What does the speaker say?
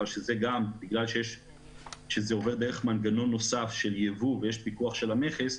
בגלל שזה עובר דרך מנגנון נוסף של יבוא ויש פיקוח של המכס,